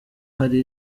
hari